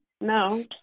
No